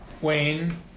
Wayne